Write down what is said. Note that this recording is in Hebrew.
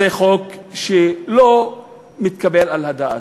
זה חוק שאינו מתקבל על הדעת.